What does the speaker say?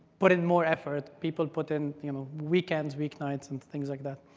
put in more effort. people put in you know weekends, weeknights, and things like that.